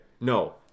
no